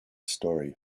story